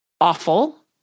awful